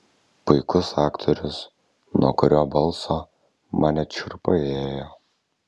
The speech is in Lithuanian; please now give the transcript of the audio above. puikus aktorius nuo kurio balso man net šiurpai ėjo